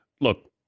Look